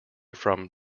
from